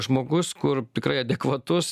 žmogus kur tikrai adekvatus